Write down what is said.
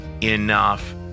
enough